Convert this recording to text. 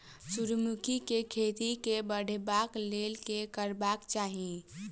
सूर्यमुखी केँ खेती केँ बढ़ेबाक लेल की करबाक चाहि?